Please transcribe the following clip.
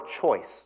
choice